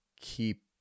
keep